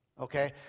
Okay